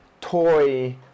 toy